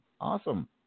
Awesome